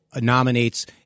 nominates